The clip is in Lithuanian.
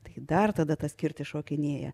tai dar tada tas kirtis šokinėja